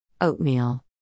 Oatmeal